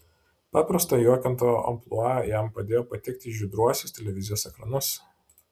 paprasto juokintojo amplua jam padėjo patekti į žydruosius televizijos ekranus